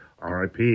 RIP